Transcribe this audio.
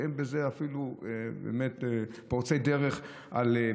שהן פורצות דרך בזה,